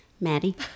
Maddie